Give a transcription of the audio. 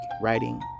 writing